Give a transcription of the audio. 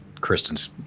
Kristen's